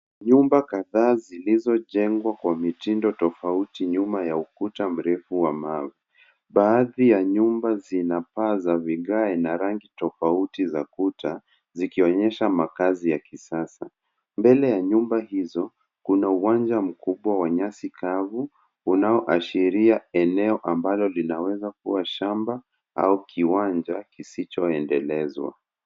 Nyumba kadhaa zilizojengwa kwa mitindo tofauti nyuma ya ukuta mrefu wa mawe. Baadhi ya nyumba zina paa za vigae na rangi tofauti za kuta zikionyesha makazi ya kisasa. Mbele ya nyumba hizo kuna uwanja mkubwa wa nyasi kavu unaoashiria eneo ambalo linaweza kuwa shamba au kiwanja kisichoendelezwa.